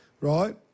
right